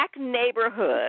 neighborhood